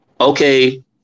Okay